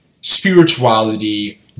spirituality